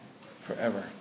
forever